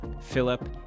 Philip